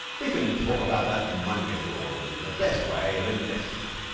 we can talk about that money of yours, and the best way of investing it.